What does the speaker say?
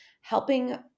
helping